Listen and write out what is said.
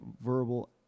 verbal